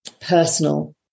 personal